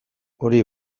hori